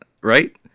Right